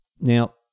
Now